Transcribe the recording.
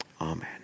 Amen